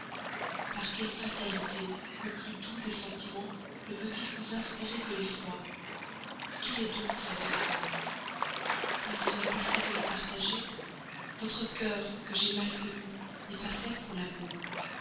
par quelle fatalité le plus doux des sentiments ne peut-il vous inspirer que l'effroi quelle est donc cette crainte ah ce n'est pas celle de le partager votre cœur que j'ai mal connu n'est pas fait pour l'amour